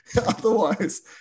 otherwise